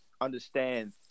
understand